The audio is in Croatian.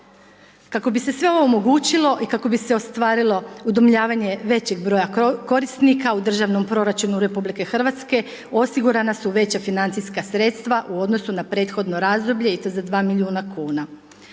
Kako bi se sve ovo omogućilo i kako bi se ostvarilo udomljavanje većeg broja korisnika u državnom proračunu Republike Hrvatske, osigurana su veća financijska sredstva u odnosu na prethodne razdoblje i to za 2 milijuna kuna.